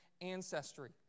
ancestry